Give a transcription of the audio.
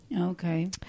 Okay